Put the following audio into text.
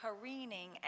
careening